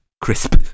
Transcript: Crisp